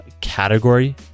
category